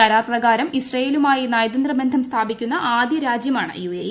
കരാർ പ്രകാരം ഇസ്രയേലുമായി നയതന്ത്ര ബന്ധം സ്ഥാപിക്കുന്ന ആദ്യരാജ്യമാണ് യുഎഇ